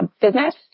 business